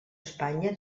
espanya